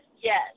yes